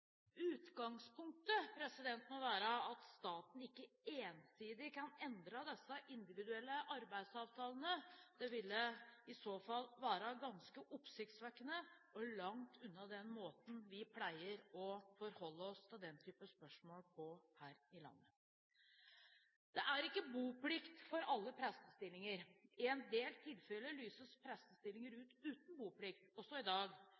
Utgangspunktet må være at staten ikke ensidig kan endre disse individuelle arbeidsavtalene. Det ville i så fall være ganske oppsiktsvekkende og langt unna den måten vi pleier å forholde oss til den type spørsmål på her i landet. Det følger ikke med boplikt med alle prestestillinger. I en del tilfeller lyses prestestillinger ut uten boplikt, også i dag.